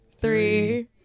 three